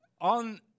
on